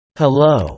hello